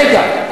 רגע.